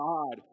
God